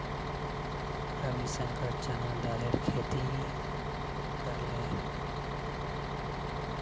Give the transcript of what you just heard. रविशंकर चना दालेर खेती करले